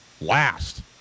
last